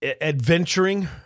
adventuring